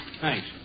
Thanks